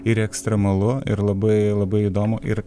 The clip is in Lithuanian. ir ekstremalu ir labai labai įdomu ir